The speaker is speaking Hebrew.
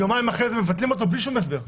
יומיים אחרי זה מבטלים אותו בלי שום הסבר.